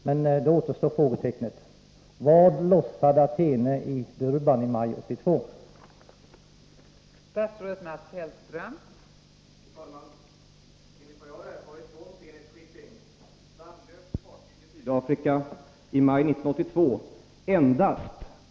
Men frågan kvarstår: Vad lossade Athene i Durban i maj 1982?